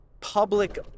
public